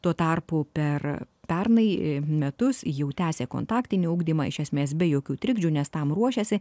tuo tarpu per pernai metus jau tęsė kontaktinį ugdymą iš esmės be jokių trikdžių nes tam ruošėsi